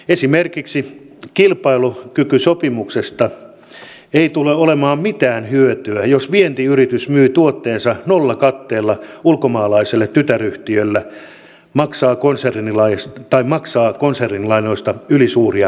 esimerkiksi kilpailukykysopimuksesta ei tule olemaan mitään hyötyä jos vientiyritys myy tuotteensa nollakatteella ulkomaalaiselle tytäryhtiölle maksaa konsernin lainoista ylisuuria korkoja